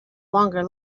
longer